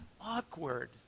awkward